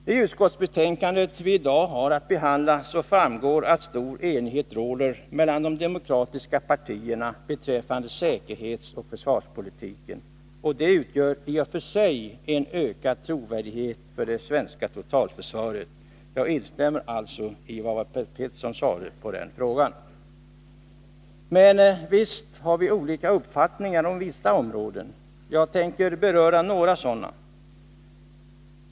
Av det utskottsbetänkande vi i dag har att behandla framgår att stor enighet råder mellan de demokratiska partierna beträffande säkerhetsoch försvarspolitiken. Detta utgör i och för sig en ökad trovärdighet för det svenska totalförsvaret. Jag instämmer i vad Per Petersson sade i det avseendet. Men visst har vi olika uppfattningar inom vissa områden. Jag tänker beröra några sådana.